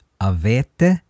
Avete